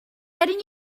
getting